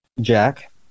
Jack